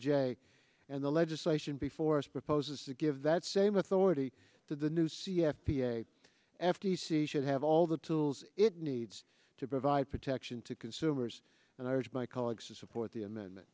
j and the legislation before us proposes to give that same authority to the new c f t a f t c should have all the tools it needs to provide protection to consumers and i urge my colleagues to support the amendment